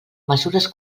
mesures